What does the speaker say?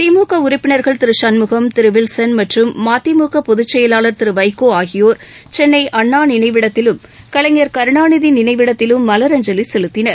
திமுக உறுப்பினர்கள் திரு சண்முகம் திரு வில்சன் மற்றும் மதிமுக பொதுச் செயலாளர் திரு வைகோ ஆகியோர் சென்னை அண்ணா நினைவிடத்திலும் கலைஞர் கருணாநிதி நினைவிடத்திலும் மலரஞ்சலி செலுத்தினர்